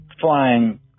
flying